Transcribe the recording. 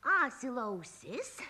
asilo ausis